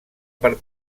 per